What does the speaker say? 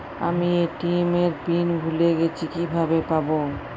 আমি এ.টি.এম এর পিন ভুলে গেছি কিভাবে পাবো?